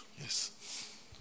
yes